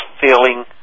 feeling